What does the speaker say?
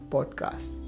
Podcast